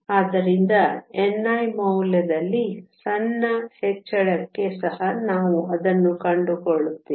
ಆದ್ದರಿಂದ ni ಮೌಲ್ಯದಲ್ಲಿ ಸಣ್ಣ ಹೆಚ್ಚಳಕ್ಕೆ ಸಹ ನಾವು ಅದನ್ನು ಕಂಡುಕೊಳ್ಳುತ್ತೇವೆ